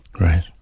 Right